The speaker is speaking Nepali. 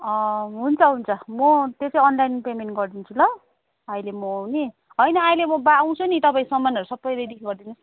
हुन्छ हुन्छ म त्यो चाहिँ अन्लाइन पेमेन्ट गरिदिन्छु ल अहिले म नि होइन अहिले म बा आउँछु नि तपाईँ सामानहरू सबै रेडी गरिदिनुहोस्